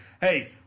hey